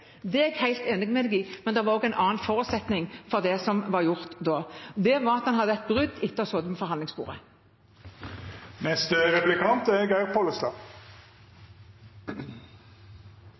Det er jeg helt enig med ham i. Men det var også en annen forutsetning for det som ble gjort da. Det var at en hadde et brudd etter